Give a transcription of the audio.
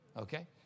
okay